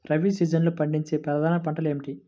రబీ సీజన్లో పండించే ప్రధాన పంటలు ఏమిటీ?